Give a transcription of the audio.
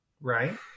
right